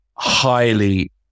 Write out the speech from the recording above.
Highly